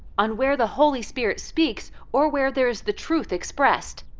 on where the holy spirit speaks, or where there is the truth expressed.